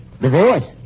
Divorce